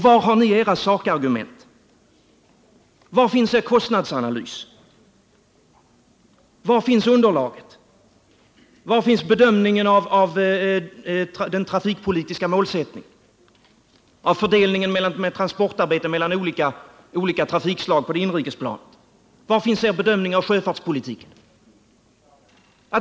Var har ni era sakargument? Var finns er kostnadsanalys? Var finns underlaget? Var finns bedömningen av den trafikpolitiska målsättningen och av fördelningen av transportarbetet mellan olika trafikslag på det inrikes planet? Var finns er bedömning av sjöfartspolitiken?